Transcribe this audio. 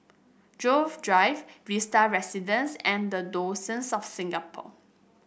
Grove Drive Vista Residences and the Diocese of Singapore